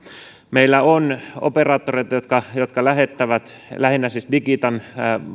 meillä on operaattoreita jotka jotka lähettävät lähinnä siis digitan